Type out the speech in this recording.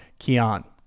Kian